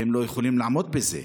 והם לא יכולים לעמוד בזה.